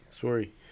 sorry